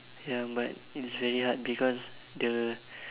ya but it's very hard because the